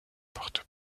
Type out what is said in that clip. porte